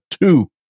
two